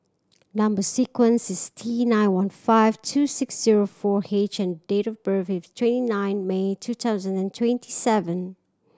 number sequence is T nine one five two six zero four H and date of birth is twenty nine May two thousand and twenty seven